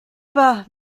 pas